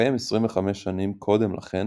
שהתקיים 25 שנים קודם לכן,